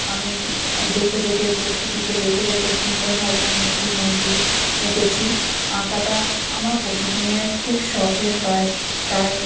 আমি দেখে দেখে প্রকৃতিকে দেখে দেখে সুন্দরভাবে আমি একটি মন্দির এঁকেছি আঁকাটা আমার প্রতিদিনের খুব সখের কাজ তাই